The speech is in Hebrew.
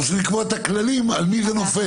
אבל צריך לקבוע את הכללים על מי זה נופל.